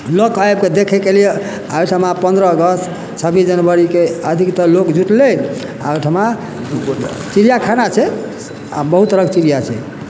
लोक आबि कऽ देखैके लिए आ ओहिठमा पन्द्रह अगस्त छब्बीस जनवरीके अधिकतर लोक जुटलै आ ओहिठमा चिड़िया खाना छै आ बहुत तरहके चिड़िया छै